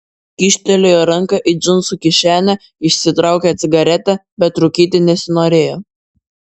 kyštelėjo ranką į džinsų kišenę išsitraukė cigaretę bet rūkyti nesinorėjo